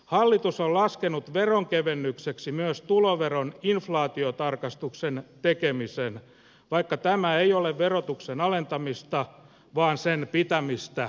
hallitus on laskenut veronkevennykseksi myös tuloveron inflaatiotarkistuksen tekemisen vaikka tämä ei ole verotuksen alentamista vaan sen pitämistä ennallaan